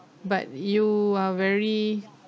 but you are very